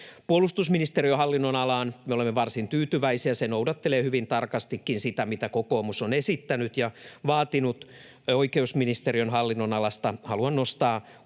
Puolustusministeriön hallinnonalaan me olemme varsin tyytyväisiä. Se noudattelee hyvin tarkastikin sitä, mitä kokoomus on esittänyt ja vaatinut. Oikeusministeriön hallinnonalasta haluan nostaa